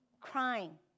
crying